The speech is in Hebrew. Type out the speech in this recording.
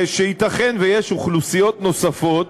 שייתכן שיש אוכלוסיות נוספות